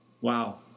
Wow